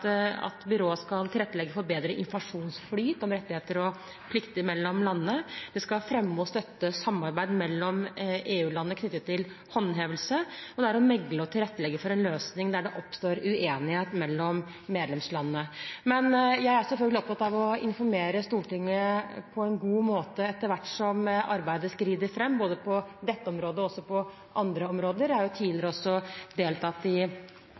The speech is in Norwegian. at byrået skal tilrettelegge for bedre informasjonsflyt om rettigheter og plikter mellom landene, det skal fremme og støtte samarbeid mellom EU-landene knyttet til håndhevelse, og det skal megle og tilrettelegge for en løsning der det oppstår uenighet mellom medlemslandene. Jeg er selvfølgelig opptatt av å informere Stortinget på en god måte etter hvert som arbeidet skrider fram, både på dette området og også på andre områder. Jeg har tidligere deltatt i